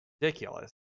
Ridiculous